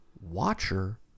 Watcher